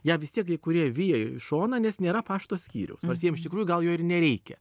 ją vis tiek kai kurie vija į šoną nes nėra pašto skyriaus nors jiem iš tikrųjų gal jo ir nereikia